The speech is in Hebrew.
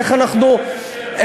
איך אנחנו,